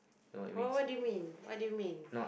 oh what did you mean what did you mean